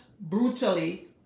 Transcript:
brutally